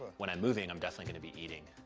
when i'm moving, i'm definitely gonna be eating.